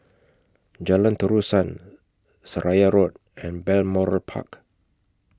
Jalan Terusan Seraya Road and Balmoral Park